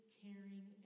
caring